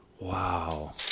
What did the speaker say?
Wow